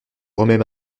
remets